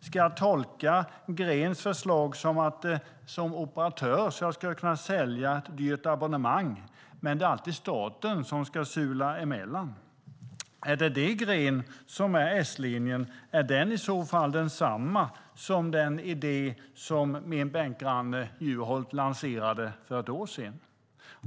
Ska jag tolka hennes förslag som att man som operatör ska kunna sälja ett dyrt abonnemang och att det alltid är staten som ska sula emellan? Är det detta som är S-linjen, och är den i så fall densamma som den idé som min bänkgranne Juholt lanserade för ett år sedan?